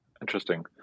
Interesting